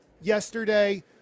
Yesterday